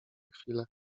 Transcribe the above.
chwilę